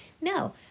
No